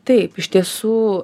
taip iš tiesų